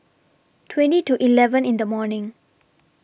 twenty to eleven in The morning